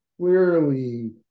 clearly